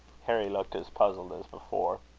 harry looked as puzzled as before.